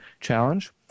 Challenge